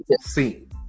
scene